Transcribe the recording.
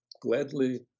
gladly